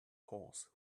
horse